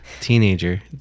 teenager